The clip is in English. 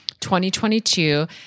2022